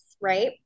Right